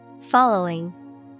Following